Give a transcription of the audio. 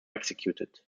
executed